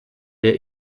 der